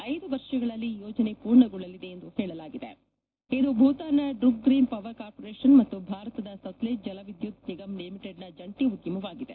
ಐದು ವರ್ಷಗಳಲ್ಲಿ ಈ ಯೋಜನೆ ಪೂರ್ಣಗೊಳ್ಳಲಿದೆ ಎಂದು ಹೇಳಲಾಗಿದೆ ಇದು ಭೂತಾನ್ನ ಡುಕ್ ಗ್ರೀನ್ ಪವರ್ ಕಾರ್ಪೊರೇಷನ್ ಮತ್ತು ಭಾರತದ ಸಕ್ಲೇಜ್ ಜಲ್ ವಿದ್ಯುತ್ ನಿಗಮ್ ಲಿಮಿಟೆಡ್ನ ಜಂಟಿ ಉದ್ದಮವಾಗಿದೆ